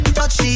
Touchy